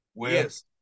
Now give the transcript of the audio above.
Yes